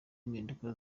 impinduka